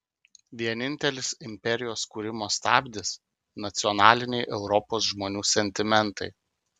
vienintelis imperijos kūrimo stabdis nacionaliniai europos žmonių sentimentai